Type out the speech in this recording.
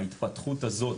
ההתפתחות הזאת